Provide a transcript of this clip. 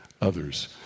others